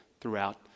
throughout